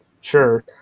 sure